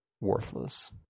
worthless